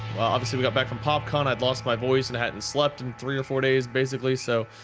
ah, obviously we got back from pop con i lost my voice, and hadn't slept in three or four days basically, so.